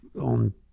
on